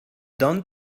donne